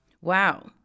Wow